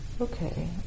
Okay